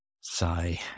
Sigh